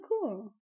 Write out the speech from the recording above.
cool